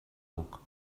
buc